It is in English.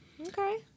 Okay